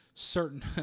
certain